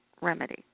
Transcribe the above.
remedy